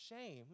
shame